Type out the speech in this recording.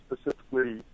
specifically